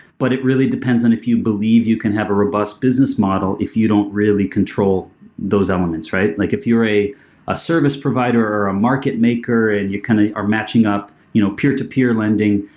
but it really depends and if you believe you can have a robust business model if you don't really control those elements, right? like if you're a a service provider or a market maker and you kind of are matching up you know peer-to-peer lending,